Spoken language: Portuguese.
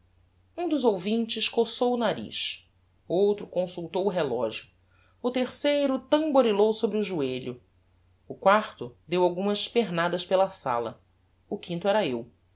um dos ouvintes coçou o nariz outro consultou o relogio o terceiro tamborilou sobre o joelho o quarto deu algumas pernadas pela sala o quinto era eu